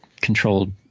controlled